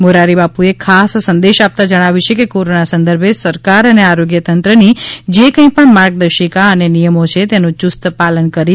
મોરારીબાપુએ ખાસ સંદેશ આપતા જણાવ્યું છે કે કોરોના સંદર્ભે સરકાર અને આરોગ્યતંત્રની જે કંઈ પણ માર્ગદર્શિકા અને નિયમો છે તેનું યુસ્ત પાલન કરીને આ કથા યોજાશે